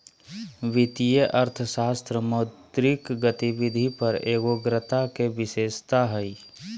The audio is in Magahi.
वित्तीय अर्थशास्त्र मौद्रिक गतिविधि पर एगोग्रता के विशेषता हइ